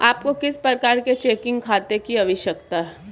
आपको किस प्रकार के चेकिंग खाते की आवश्यकता है?